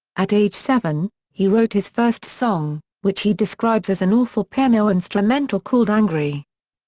at age seven, he wrote his first song, which he describes as an awful piano instrumental called angry.